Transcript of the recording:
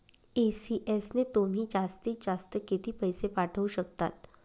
ECS ने तुम्ही जास्तीत जास्त किती पैसे पाठवू शकतात?